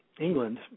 England